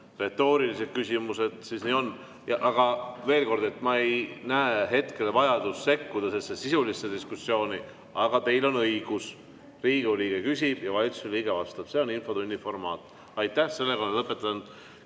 retoorilised küsimused, siis nii on. Aga veel kord: ma ei näe hetkel vajadust sekkuda sellesse sisulisse diskussiooni. Aga teil on õigus: Riigikogu liige küsib ja valitsuse liige vastab, see on infotunni formaat. Aitäh! Lõpetan